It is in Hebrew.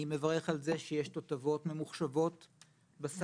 אני מברך על זה שיש תותבות ממוחשבות בסל.